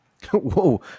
whoa